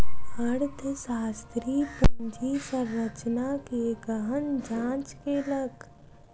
अर्थशास्त्री पूंजी संरचना के गहन जांच कयलक